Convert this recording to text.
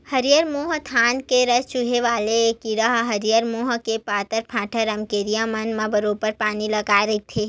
हरियर माहो धान के रस चूसे वाले ऐ कीरा ह हरियर माहो ह पताल, भांटा, रमकरिया मन म बरोबर बानी लगाय रहिथे